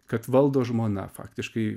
kad valdo žmona faktiškai